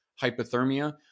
hypothermia